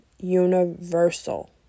universal